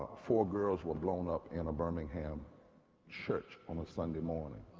four girls were blown up in a birmingham church on a sunday morning.